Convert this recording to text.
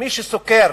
מי שסוקר